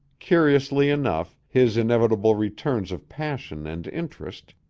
curiously enough, his inevitable returns of passion and interest,